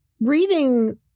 reading